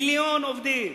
מיליון עובדים